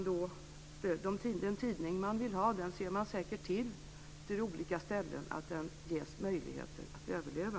Den tidning man vill ha på olika ställen ser man säkert till att den ges möjligheter att överleva.